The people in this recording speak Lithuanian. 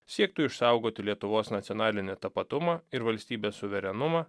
siektų išsaugoti lietuvos nacionalinį tapatumą ir valstybės suverenumą